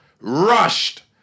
rushed